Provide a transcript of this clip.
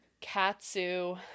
Katsu